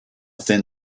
thin